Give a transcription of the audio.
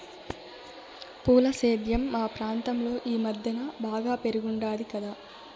పూల సేద్యం మా ప్రాంతంలో ఈ మద్దెన బాగా పెరిగుండాది కదా